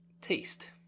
taste